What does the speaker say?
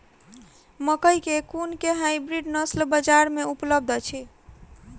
मकई केँ कुन केँ हाइब्रिड नस्ल बजार मे उपलब्ध अछि?